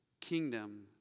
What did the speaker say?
kingdom